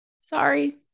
sorry